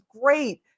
great